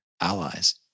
allies